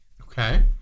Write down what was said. Okay